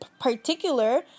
particular